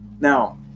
Now